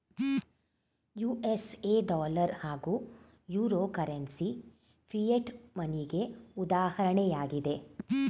USA dollar ಹಾಗೂ euro currency fiat ಮನಿಗೆ ಉದಾಹರಣೆಯಾಗಿದೆ